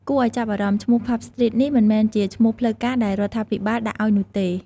គួរឲ្យចាប់អារម្មណ៍ ឈ្មោះ "ផាប់ ស្ទ្រីត" នេះមិនមែនជាឈ្មោះផ្លូវការដែលរដ្ឋាភិបាលដាក់ឲ្យនោះទេ។